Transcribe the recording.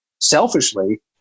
selfishly